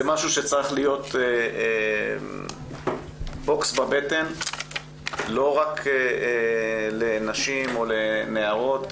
משהו שצריך להיות בוקס בבטן לא רק לנשים או לנערות,